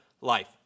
life